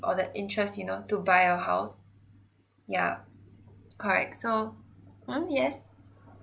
or the interest you know to buy your house yeah correct so mm yes